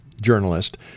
journalist